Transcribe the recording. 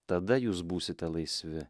tada jūs būsite laisvi